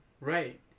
right